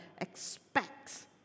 expects